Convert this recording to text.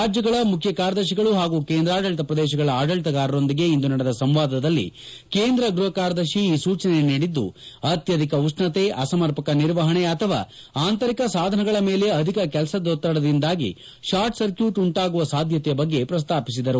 ರಾಜ್ಲಗಳ ಮುಖ್ಯ ಕಾರ್ಯದರ್ತಿಗಳು ಹಾಗೂ ಕೇಂದ್ರಾಡಳಿತ ಪ್ರದೇಶಗಳ ಆಡಳಿತಗಾರರೊಂದಿಗೆ ಇಂದು ನಡೆದ ಸಂವಾದದಲ್ಲಿ ಕೇಂದ್ರ ಗೃಹ ಕಾರ್ಯದರ್ಶಿ ಈ ಸೂಚನೆ ನೀಡಿದ್ದು ಅತ್ವಧಿಕ ಉಷ್ಣತೆ ಅಸಮರ್ಪಕ ನಿರ್ವಹಣೆ ಅಥವಾ ಆಂತರಿಕ ಸಾಧನಗಳ ಮೇಲೆ ಅಧಿಕ ಕೆಲಸದೊತ್ತಡದಿಂದಾಗಿ ಶಾರ್ಟ್ ಸರ್ಕ್ಲೂಟ್ ಉಂಟಾಗುವ ಸಾಧ್ಯತೆಯ ಬಗ್ಗೆ ಪ್ರಸ್ತಾಪಿಸಿದರು